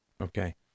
Okay